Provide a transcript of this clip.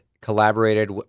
collaborated